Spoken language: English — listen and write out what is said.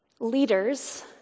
Leaders